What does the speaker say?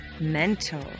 Mental